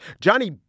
Johnny